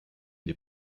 des